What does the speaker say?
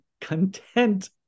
content